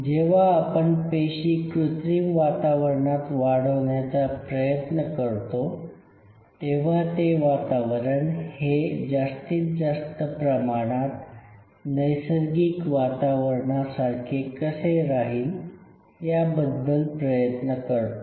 जेव्हा आपण पेशी कृत्रिम वातावरणात वाढवण्याचा प्रयत्न करतो तेव्हा ते वातावरण हे जास्तीत जास्त प्रमाणात नैसर्गिक वातावरणासारखे कसे राहील याबद्दल प्रयत्न करतो